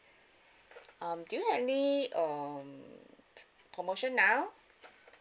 um do you have any um promotion now